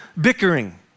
Bickering